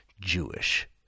Jewish